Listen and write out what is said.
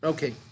Okay